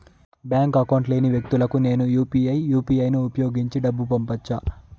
Bank account లేని వ్యక్తులకు నేను యు పి ఐ యు.పి.ఐ ను ఉపయోగించి డబ్బు పంపొచ్చా?